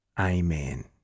Amen